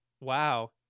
Wow